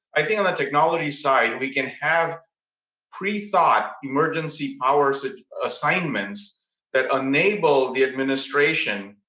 i think on that technology side we can have pre-thought emergency powers assignments that enable the administration.